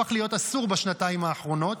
הפך להיות אסור בשנתיים האחרונות.